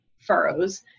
furrows